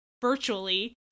virtually